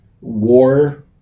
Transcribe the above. war